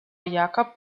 jacob